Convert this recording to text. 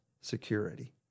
security